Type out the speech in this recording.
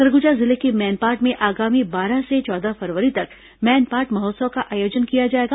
सरगुजा जिले के मैनपाट में आगामी बारह से चौदह फरवरी तक मैनपाट महोत्सव का आयोजन किया जाएगा